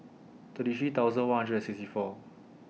thirty three thousand one hundred and sixty four